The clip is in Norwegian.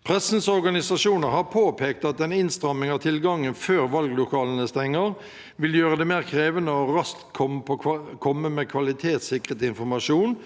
Pressens organisasjoner har påpekt at en innstramming av tilgangen før valglokalene stenger, vil gjøre det mer krevende å komme raskt med kvalitetssikret informasjon